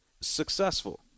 Successful